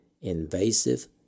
invasive